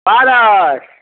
पारस